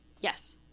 Yes